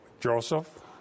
Joseph